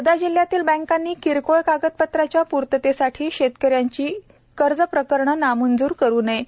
वर्धा जिल्ह्यतिल बँकांनी किरकोळ कागदपत्राच्या पुर्ततेसाठी शेतक यांची कर्जप्रकरणे नामजूर करु नये